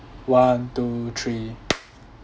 one two three